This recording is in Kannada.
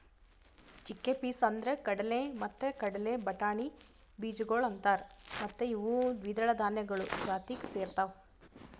ಚಿಕ್ಕೆಪೀಸ್ ಅಂದುರ್ ಕಡಲೆ ಮತ್ತ ಕಡಲೆ ಬಟಾಣಿ ಬೀಜಗೊಳ್ ಅಂತಾರ್ ಮತ್ತ ಇವು ದ್ವಿದಳ ಧಾನ್ಯಗಳು ಜಾತಿಗ್ ಸೇರ್ತಾವ್